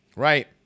Right